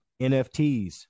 NFTs